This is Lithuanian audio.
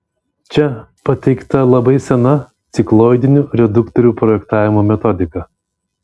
čia pateikta labai sena cikloidinių reduktorių projektavimo metodika